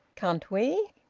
can't we?